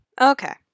okay